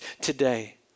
today